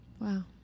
Wow